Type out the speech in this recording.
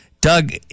Doug